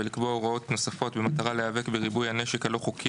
ולקבוע הוראות נוספות במטרה להיאבק בריבוי הנשק הלא חוקי